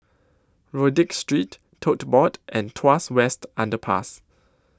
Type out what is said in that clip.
Rodyk Street Tote Board and Tuas West Underpass